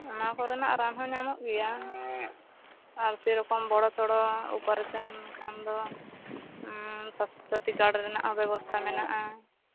ᱚᱱᱟ ᱠᱚᱨᱮᱜᱮᱭᱟᱜ ᱨᱟᱱ ᱦᱚᱸ ᱧᱟᱢᱚᱜ ᱜᱮᱭᱟ ᱟᱨ ᱥᱮᱨᱚᱠᱚᱢ ᱵᱚᱲᱚ ᱥᱚᱲᱚ ᱩᱯᱟᱨᱮᱥᱮᱱ ᱠᱷᱟᱱ ᱫᱚ ᱥᱟᱥᱛᱷᱚᱥᱟᱛᱷᱤ ᱠᱟᱨᱰ ᱨᱮᱱᱟᱜ ᱦᱚᱸ ᱵᱮᱵᱚᱥᱛᱟ ᱢᱮᱱᱟᱜᱼᱟ